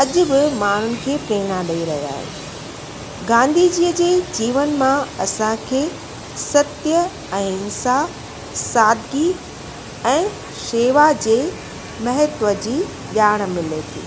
अॼु बि माण्हुनि खे प्रेरणा ॾेई रहिया आहिनि गांधीअ जीअ जे जीवन मां असांखे सत्य अहिंसा सादगी ऐं शेवा जे महत्व जी ॼाण मिले थी